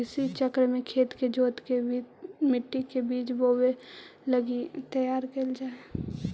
कृषि चक्र में खेत के जोतके मट्टी के बीज बोवे लगी तैयार कैल जा हइ